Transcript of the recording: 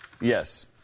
yes